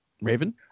raven